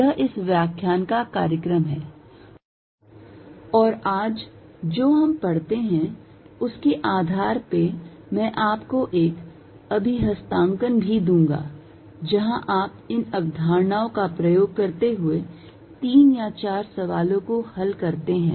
यह इस व्याख्यान का कार्यक्रम है और आज जो हम पढ़ते हैं उसके आधार पर मैं आपको एक अभिहस्तांकन भी दूंगा जहां आप इन अवधारणाओं का प्रयोग करते हुए तीन या चार सवालों को हल करते हैं